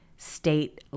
State